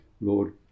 Lord